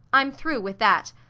i'm through with that.